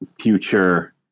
future